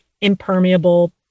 impermeable